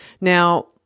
Now